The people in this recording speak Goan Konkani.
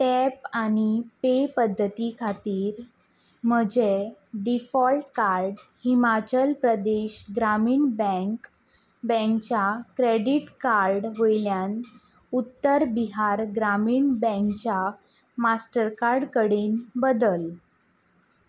टॅप आनी पे पद्दती खातीर म्हजें default card Himachal Pradesh Gramin bank बँकच्या क्रॅडीट कार्ड वयल्यान उत्तर बिहार ग्रामीण बँकच्या मास्टर कार्ड कडेन बदल